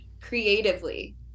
creatively